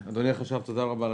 אדוני החשב, תודה רבה לך.